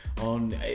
on